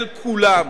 של כולם.